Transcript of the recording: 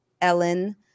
Ellen